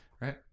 Right